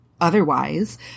otherwise